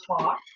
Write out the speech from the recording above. talk